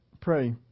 Pray